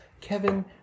Kevin